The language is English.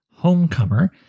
homecomer